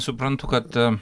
suprantu kad